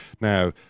Now